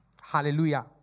hallelujah